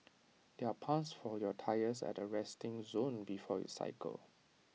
there are pumps for your tyres at the resting zone before you cycle